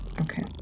Okay